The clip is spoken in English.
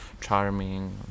charming